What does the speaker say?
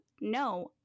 no